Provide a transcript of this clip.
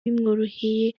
bimworoheye